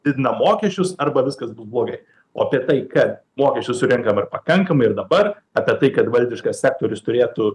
didinam mokesčius arba viskas bus blogai o apie tai kad mokesčių surenkama ir pakankamai ir dabar apie tai kad valdiškas sektorius turėtų